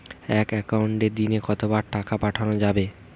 এক একাউন্টে দিনে কতবার টাকা পাঠানো যাবে?